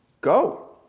go